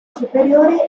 superiore